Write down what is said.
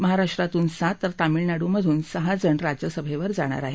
महाराष्ट्रातून सात तर तामिळनाडूमधून सहाजण राज्यसभेवर जाणार आहेत